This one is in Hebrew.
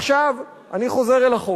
עכשיו אני חוזר אל החוק.